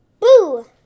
Boo